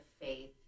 faith